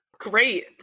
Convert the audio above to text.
Great